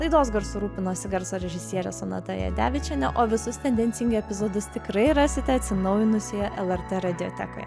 laidos garsu rūpinosi garso režisierė sonata jadevičienė o visus tendencingai epizodus tikrai rasite atsinaujinusioje lrt radiotekoje